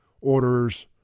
orders